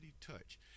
touch